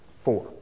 four